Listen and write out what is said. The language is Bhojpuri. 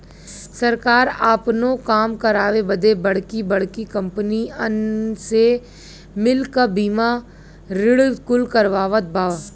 सरकार आपनो काम करावे बदे बड़की बड़्की कंपनीअन से मिल क बीमा ऋण कुल करवावत बा